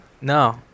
No